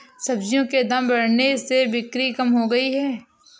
सब्जियों के दाम बढ़ने से बिक्री कम हो गयी है